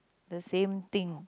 the same thing